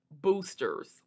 boosters